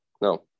no